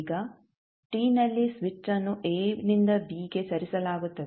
ಈಗ t ನಲ್ಲಿ switch ಅನ್ನು a ನಿಂದ b ಗೆ ಸರಿಸಲಾಗುತ್ತದೆ